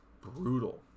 brutal